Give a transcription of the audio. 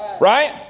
right